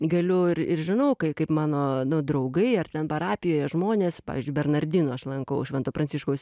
galiu ir ir žinau kai kaip mano nu draugai ar ten parapijoje žmonės pavyzdžiui bernardinų aš lankau švento pranciškaus